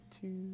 two